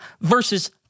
versus